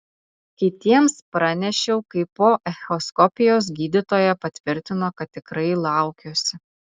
kitiems pranešiau kai po echoskopijos gydytoja patvirtino kad tikrai laukiuosi